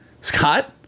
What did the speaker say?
Scott